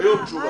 היום תשובה.